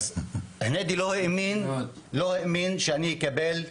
הוא לא האמין שאני אקבל.